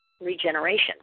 regeneration